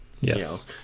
yes